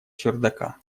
чердака